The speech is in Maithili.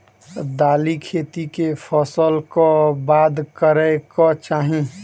दालि खेती केँ फसल कऽ बाद करै कऽ चाहि?